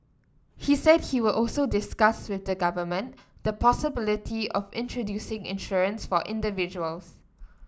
he said he would also discuss with the government the possibility of introducing insurance for individuals